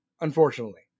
Unfortunately